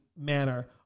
manner